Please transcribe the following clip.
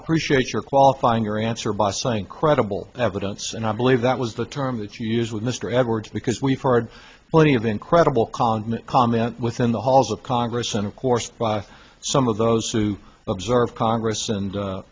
appreciate your qualifying your answer by saying credible evidence and i believe that was the term that you used with mr edwards because we've heard plenty of incredible condiment comment within the halls of congress and of course by some of those who observe congress